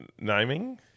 Naming